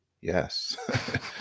yes